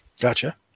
Gotcha